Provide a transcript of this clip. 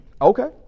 Okay